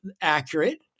accurate